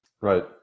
Right